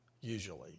usually